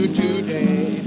today